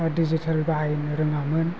digital बाहायनो रोङामोन